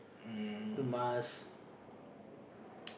um